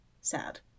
Sad